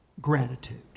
gratitude